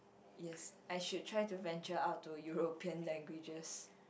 yes I should try to venture out to European languages